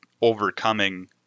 overcoming